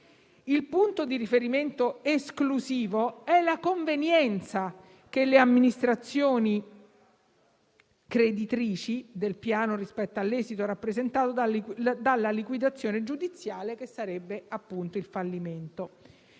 Il punto di riferimento esclusivo è la convenienza per le amministrazioni creditrici del piano rispetto all'esito rappresentato dalla liquidazione giudiziale che sarebbe appunto il fallimento;